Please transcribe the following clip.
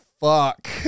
fuck